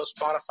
Spotify